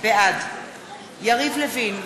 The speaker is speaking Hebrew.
בעד יריב לוין,